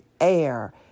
air